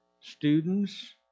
students